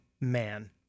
man